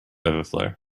overflow